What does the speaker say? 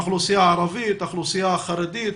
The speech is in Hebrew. האוכלוסייה הערבית, האוכלוסייה החרדית,